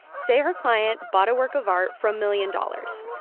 say her client bought a work of art for a million dollars.